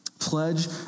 Pledge